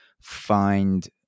find